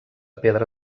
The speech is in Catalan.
pedra